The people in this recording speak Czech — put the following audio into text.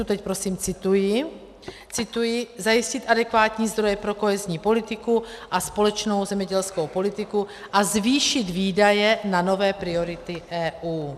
Teď prosím cituji: Zajistit adekvátní zdroje pro kohezní politiku a společnou zemědělskou politiku a zvýšit výdaje na nové priority EU.